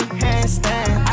handstand